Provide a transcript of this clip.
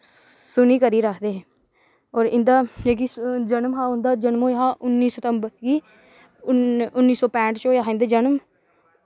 सुनी करियै आखदे हे होर इं'दा जेह्ड़ा जनम हा उं'दा जनम होएआ हा उन्नी सितंबर गी उन्नी सौ पैंह्ठ च होएआ हा इं'दा जनम